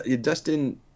Dustin